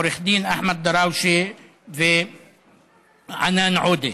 עו"ד אחמד דראושה וענאן עודה,